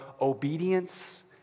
obedience